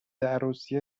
عروسی